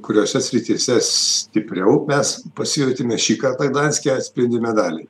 kuriose srityse stipriau mes pasijautėme šį kartą gdanske atspindi medaliai